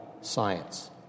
science